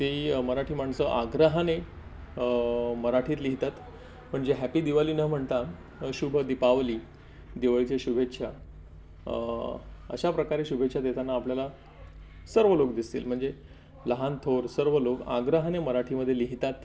ते मराठी माणसं आग्रहाने मराठीत लिहितात म्हणजे हॅप्पी दिवाळी न म्हणता शुभ दिपावली दिवाळीच्या शुभेच्छा अशा प्रकारे शुभेच्छा देताना आपल्याला सर्व लोक दिसतील म्हणजे लहान थोर सर्व लोक आग्रहाने मराठीमध्ये लिहितात